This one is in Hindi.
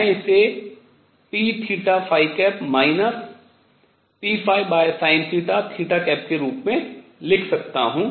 मैं इसे p psinθ के रूप में लिख सकता हूँ